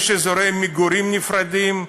יש אזורי מגורים נפרדים,